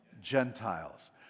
Gentiles